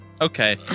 Okay